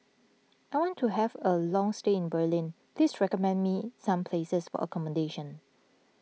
I want to have a long stay in Berlin please recommend me some places for accommodation